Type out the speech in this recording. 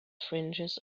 fringes